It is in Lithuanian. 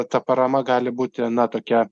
ta parama gali būti na tokia